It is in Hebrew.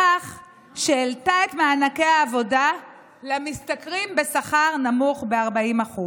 בכך שהעלתה את מענקי העבודה למשתכרים בשכר נמוך ב-40%.